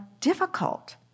difficult